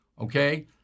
Okay